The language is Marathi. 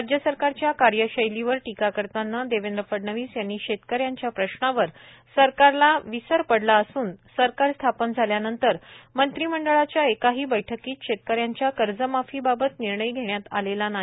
राज्य सरकारच्या कार्यशैलीवर टिका करतांना देवेद्र फडवीस यांनी शेतक याच्या प्रश्नावर सरकारला शेतक यांचा विसर पडला असून सरकार स्थापन झाल्या नंतर मंत्रीमंडळाच्या एकाही बैठकीत शेतक यांच्या कर्ज माफी बाबात निर्णय घेण्यात आलेला नाही